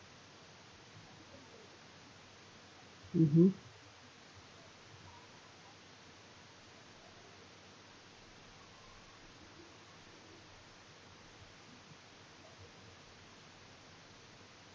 mm hmm